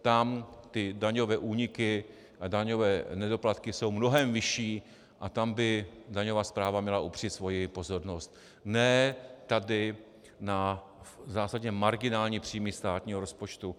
Tam ty daňové úniky a daňové nedoplatky jsou mnohem vyšší a tam by daňová správa měla upřít svoji pozornost, ne tady na zásadně marginální příjmy státního rozpočtu.